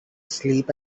sleep